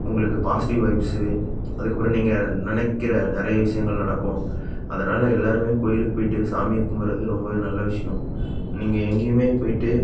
உங்களுக்கு positive vibes அதுக்கப்புறம் நீங்கள் நினைக்கிற நிறைய விஷயங்கள் நடக்கும் அதனால் எல்லோருமே கோவிலுக்கு போயிட்டு சாமியை கும்பிட்றது ரொம்பவே நல்ல விஷயோம் நீங்கள் எங்கேயுமே போயிட்டு